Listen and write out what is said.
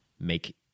make